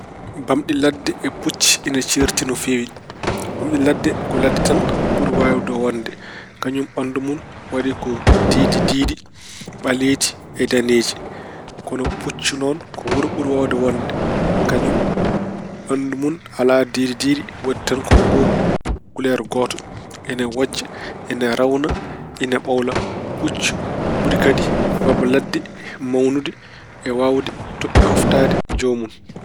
Bamɗi ladde e pucci ina ceerti no feewi. Bamɗi ladde ko ladde tan ɓuri waawde wonde. Kañum ɓanndu mun waɗi ko diidi diidi, ɓaleeji e daneeji. Kono puccu noon ko wuro ɓuri waawde wonde. Kañum ɓanndu alaa diidi diidi, waɗi tan ko ngoogu, kuleer gooto. Ene wojja, ine rawna, ina ɓawla. Puccu ɓuri kadi mbabba ladde mawnude e waawde ɗooftaade joomun.